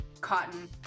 cotton